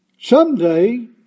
Someday